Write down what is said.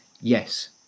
yes